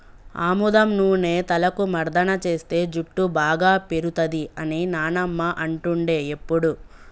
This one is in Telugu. ఆముదం నూనె తలకు మర్దన చేస్తే జుట్టు బాగా పేరుతది అని నానమ్మ అంటుండే ఎప్పుడు